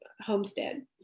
homestead